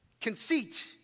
Conceit